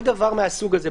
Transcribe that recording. כל דבר מהסוג הזה,